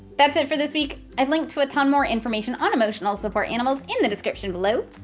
that's it for this week. i've linked to a ton more information on emotional support animals in the description below.